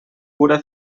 cura